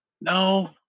no